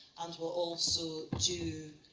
and we'll also do,